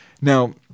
Now